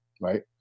right